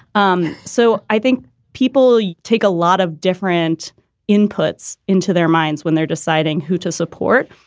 um so i think people yeah take a lot of different inputs into their minds when they're deciding who to support.